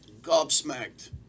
gobsmacked